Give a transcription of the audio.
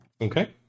Okay